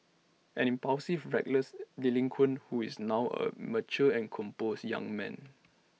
an impulsive reckless delinquent who is now A mature and composed young man